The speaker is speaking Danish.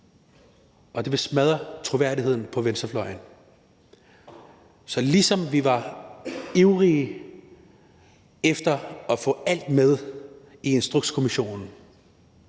og det vil smadre troværdigheden på venstrefløjen. Så ligesom vi var ivrige efter at få alt med i Instrukskommissionen,